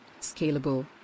scalable